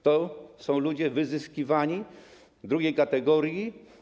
To są ludzie wyzyskiwani, drugiej kategorii.